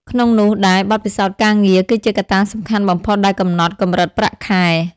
ក្នុងនោះដែរបទពិសោធន៍ការងារ គឺជាកត្តាសំខាន់បំផុតដែលកំណត់កម្រិតប្រាក់ខែ។